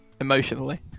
emotionally